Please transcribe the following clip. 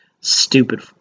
stupid